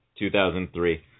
2003